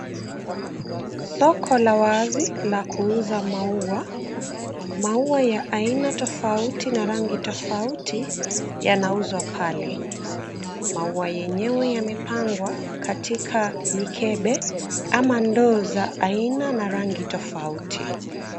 Soko la wazi la kuuza maua. Maua ya aina tofauti na rangi tofauti yanauzwa pale. Maua yenyewe yamepangwa katika mikebe ama ndoo za aina na rangi tofauti.